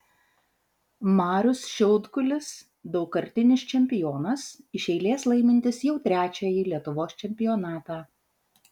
marius šiaudkulis daugkartinis čempionas iš eilės laimintis jau trečiąjį lietuvos čempionatą